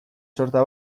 sorta